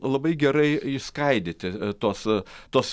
labai gerai išskaidyti tuos tuos